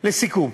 לסיכום,